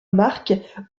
marc